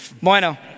Bueno